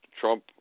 Trump